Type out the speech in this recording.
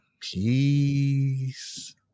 peace